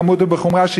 בכמות ובחומרה,